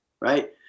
right